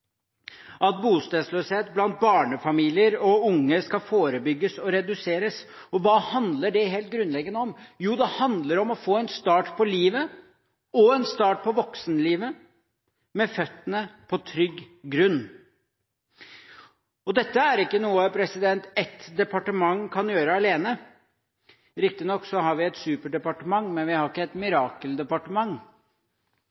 at bostedsløshet blant barnefamilier og unge skal forebygges og reduseres. Hva handler det helt grunnleggende om? Jo, det handler om å få en start på livet og en start på voksenlivet med føttene på trygg grunn. Dette er ikke noe ett departement kan gjøre alene – riktignok har vi et superdepartement, men vi har ikke et